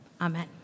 Amen